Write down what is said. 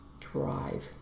drive